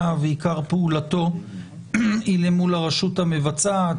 ועיקר פעולתו היא מול הרשות המבצעת,